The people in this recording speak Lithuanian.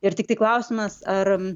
ir tiktai klausimas ar